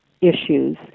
issues